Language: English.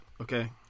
okay